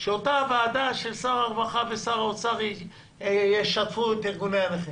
שאותה ועדה של שר הרווחה ושר האוצר ישתפו את ארגוני הנכים